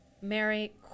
Mary